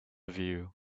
view